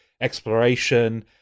exploration